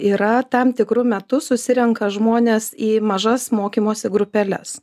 yra tam tikru metu susirenka žmonės į mažas mokymosi grupeles